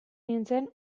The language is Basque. nintzen